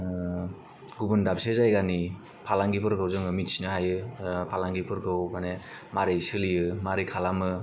ओ गुबुन दाबसे जायगानि फालांगिफोरखौ जोङो मिन्थिनो हायो फालांगिफोरखौ माने मारै सोलियो माबोरै खालामो